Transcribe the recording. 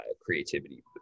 creativity